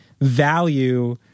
value